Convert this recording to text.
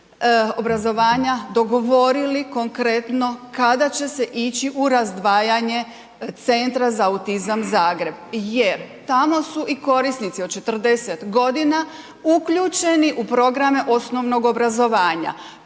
dogovorili konkretno kada će se ići u razdvajanje Centra za autizam Zagreb, jer tamo su i korisnici od 40 godina uključeni u programe osnovnog obrazovanja.